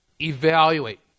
evaluate